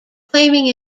claiming